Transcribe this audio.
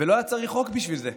ולא היה צריך חוק בשביל זה,